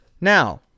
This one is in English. Now